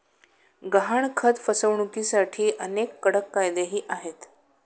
गहाणखत फसवणुकीसाठी अनेक कडक कायदेही आहेत